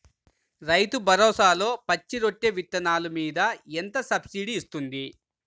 రైతు భరోసాలో పచ్చి రొట్టె విత్తనాలు మీద ఎంత సబ్సిడీ ఇస్తుంది?